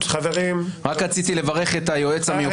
ההצעות שלי לגבי ההצעה לא ראיתי את הנוסח שעבר,